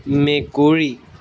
মেকুৰী